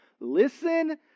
Listen